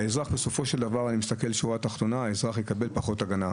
האזרח יקבל פחות הגנה,